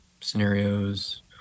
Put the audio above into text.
scenarios